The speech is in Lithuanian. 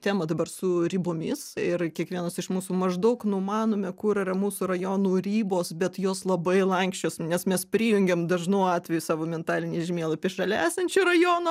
temą dabar su ribomis ir kiekvienas iš mūsų maždaug numanome kur yra mūsų rajonų ribos bet jos labai lanksčios nes mes prijungiam dažnu atveju savo mentalinį žemėlapį šalia esančio rajono